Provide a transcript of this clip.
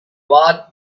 what